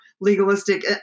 legalistic